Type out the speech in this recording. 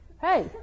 Hey